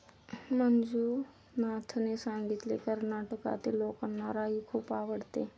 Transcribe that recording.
मंजुनाथने सांगितले, कर्नाटकातील लोकांना राई खूप आवडते